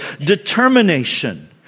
determination